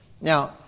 Now